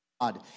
God